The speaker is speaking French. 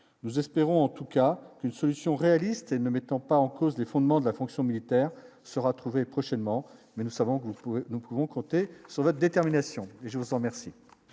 nous espérons en tout cas une solution réaliste et ne mettant pas en cause les fondements de la fonction militaire sera trouvée prochainement mais nous savons que vous pouvez nous pouvons compter sur votre détermination et je me sens merci.